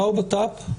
במשרד הבט"פ,